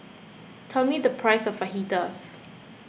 tell me the price of Fajitas